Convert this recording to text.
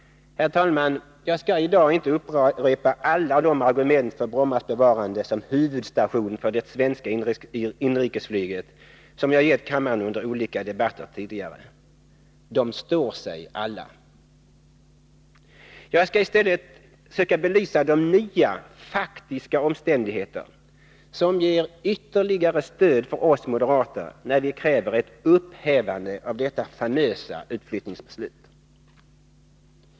Herr talman! Jag skall i dag inte upprepa alla de argument för Brommas bevarande som huvudstation för det svenska inrikesflyget som jag gett kammaren under olika debatter tidigare. De står sig alla. Jag skall i stället söka belysa de nya faktiska omständigheter som ger ytterligare stöd för oss moderater när vi kräver ett upphävande av detta famösa utflyttningsbeslut.